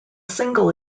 single